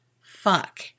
fuck